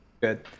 good